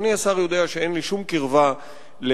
אדוני השר יודע שאין לי שום קרבה לאנשי